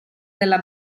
della